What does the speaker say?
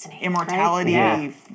immortality